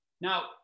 Now